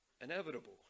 inevitable